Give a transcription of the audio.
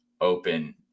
open